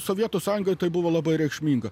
sovietų sąjungai tai buvo labai reikšminga